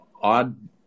odd